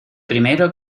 primero